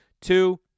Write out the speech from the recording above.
Two